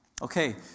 Okay